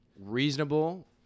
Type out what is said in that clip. reasonable